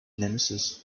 nemesis